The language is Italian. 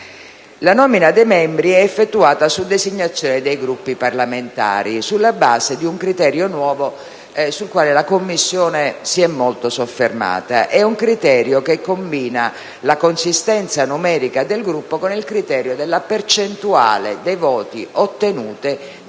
La nomina dei membri è effettuata su designazione dei Gruppi parlamentari sulla base di un criterio nuovo, sul quale la Commissione si è molto soffermata. È un criterio che combina la consistenza numerica del Gruppo con il criterio della percentuale dei voti ottenuti dalla lista